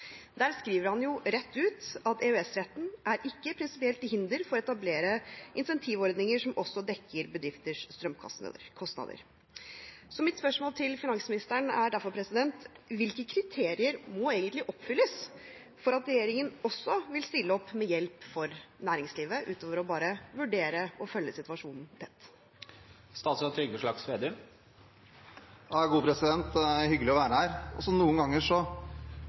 Der skriver han rett ut at EØS-retten ikke er til prinsipielt hinder for å etablere insentivordninger som også dekker bedrifters strømkostnader. Mitt spørsmål til finansministeren er derfor: Hvilke kriterier må egentlig oppfylles for at regjeringen også vil stille opp med hjelp for næringslivet, utover bare å vurdere og følge situasjonen tett? Det er hyggelig å være her. Noen ganger